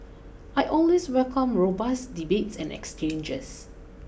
I always welcome robust debates and exchanges